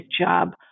job